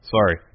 Sorry